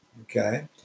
okay